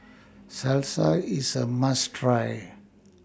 Salsa IS A must Try